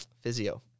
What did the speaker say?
physio